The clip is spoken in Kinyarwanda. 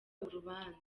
urubanza